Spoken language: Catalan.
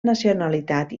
nacionalitat